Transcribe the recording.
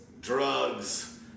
Drugs